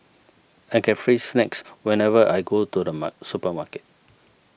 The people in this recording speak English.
I get free snacks whenever I go to the mark supermarket